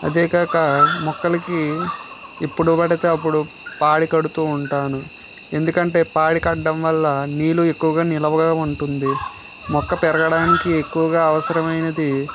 అదే కాక మొక్కలకి ఎప్పుడు పడితే అప్పుడు పాడి కడుతూ ఉంటాను ఎందుకంటే పాడి కట్టడం వల్ల నీళ్లు ఎక్కువగా నిల్వగా ఉంటుంది మొక్క పెరగడానికి ఎక్కువగా అవసరమైనది